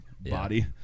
body